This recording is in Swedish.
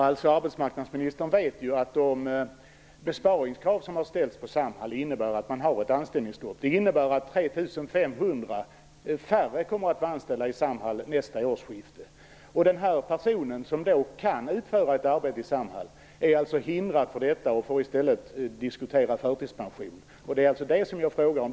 Herr talman! Arbetsmarknadsministern vet ju att de besparingskrav som har ställts på Samhall innebär att man har ett anställningsstopp. Det innebär att 3 500 färre kommer att vara anställda i Samhall nästa årsskifte. Den här personen, som kan utföra ett arbete i Samhall, förhindras att göra detta och man diskuterar i stället förtidspension. Det är det jag frågar om.